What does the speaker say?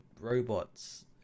robots